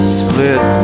split